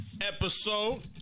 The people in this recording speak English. episode